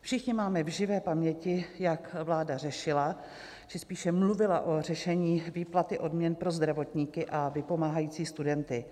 Všichni máme v živé paměti, jak vláda řešila či spíše mluvila o řešení výplaty odměny pro zdravotníky a vypomáhající studenty.